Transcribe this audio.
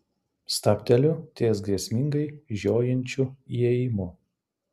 stabteliu ties grėsmingai žiojinčiu įėjimu